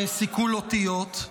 בסיכול אותיות.